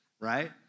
right